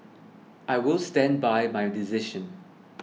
I will stand by my decision